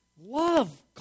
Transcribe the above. love